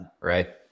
Right